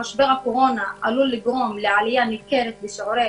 שמשבר הקורונה עלול לגרום לעלייה ניכרת בשיעורי